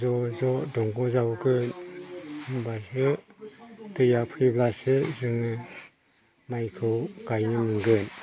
ज'ज' दंग' जावगोन होमब्लासो दैया फैब्लासो जोङो माइखौ गायनो मोनगोन